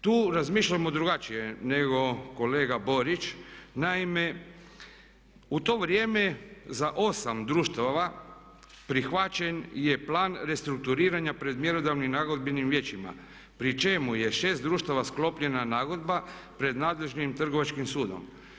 Tu razmišljamo drugačije nego kolega Borić, naime u to vrijeme za 8 društava prihvaćen je plan restrukturiranja pred mjerodavnim nagodbenim vijećima pri čemu je 6 društava sklopljena nagodba pred nadležnim trgovačkim sudom.